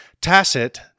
Tacit